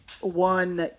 one